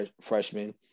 freshman